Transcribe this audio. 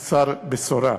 חסר בשורה.